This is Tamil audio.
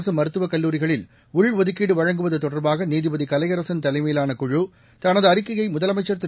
அரசு மருத்துவ கல்லூரிகளில்உள்ஒதுக்கீடு வழங்குவது தொடர்பாக நீதிபதி கலையரசன் தலைமையிலான குழு தனது அறிக்கையை முதலமைச்சர் திரு